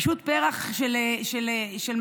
פשוט פרח של מקום.